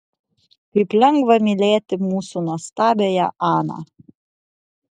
kaip lengva mylėti mūsų nuostabiąją aną